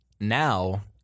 now